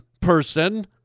person